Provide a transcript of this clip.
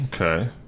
Okay